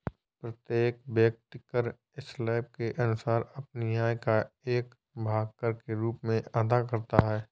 प्रत्येक व्यक्ति कर स्लैब के अनुसार अपनी आय का एक भाग कर के रूप में अदा करता है